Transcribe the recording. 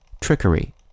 trickery